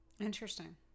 Interesting